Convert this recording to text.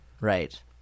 Right